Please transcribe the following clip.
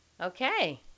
okay